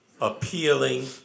appealing